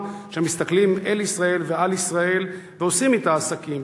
שמסתכלים אל ישראל ועל ישראל ועושים אתה עסקים.